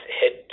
hit